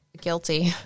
guilty